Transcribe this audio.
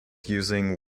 using